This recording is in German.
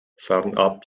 fernab